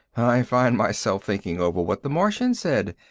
i find myself thinking over what the martian said.